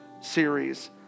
series